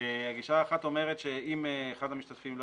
הגישה האחת אומרת שאם אחד המשתתפים לא